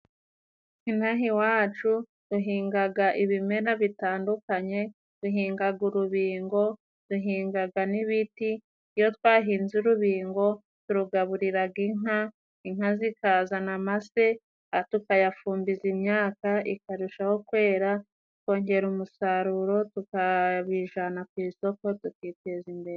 Inaha iwacu duhingaga ibimera bitandukanye duhingaga urubingo, duhingaga n'ibiti. Iyo twahinze urubingo turugaburiraga inka, inka zikazana amase tukayafumbiza imyaka ikarushaho kwera tukongera umusaruro tukabijana ku isoko tukiteza imbere.